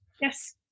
yes